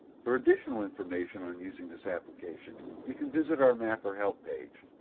for additional information on using this application you can visit our mapper help page.